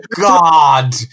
God